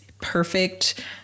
perfect